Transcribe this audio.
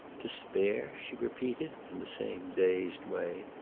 to spare? she repeated, in the same dazed way.